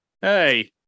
hey